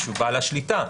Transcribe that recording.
ממי שהוא בעל השליטה,